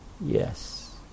Yes